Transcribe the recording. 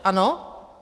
Ano?